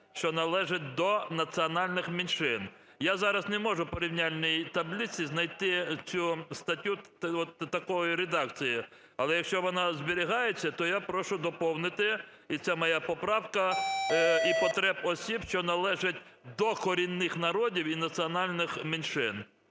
що належать до національних меншин". Я зараз не можу в порівняльній таблиці знайти цю статтю от такої редакції. Але якщо вона зберігається, то я прошу доповнити, і це моя поправка: "і потреб осіб, що належать до корінних народів і національних меншин".